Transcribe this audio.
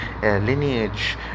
lineage